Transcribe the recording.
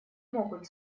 могут